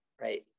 right